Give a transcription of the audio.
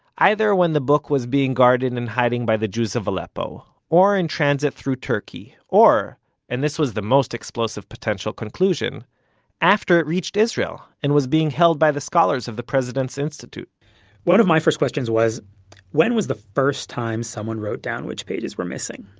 either when the book was being guarded and hiding by the jews of aleppo or in transit through turkey or and this was the most explosive potential conclusion after it reached israel and was being held by the scholars of the president's institute one of my first questions was when was the first time someone wrote down which pages were missing?